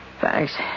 Thanks